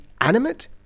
animate